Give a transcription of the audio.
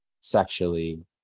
sexually